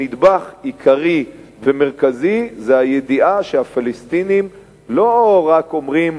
נדבך עיקרי ומרכזי זה הידיעה שהפלסטינים לא רק אומרים: